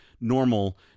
normal